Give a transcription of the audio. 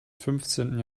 fünfzehnten